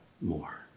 more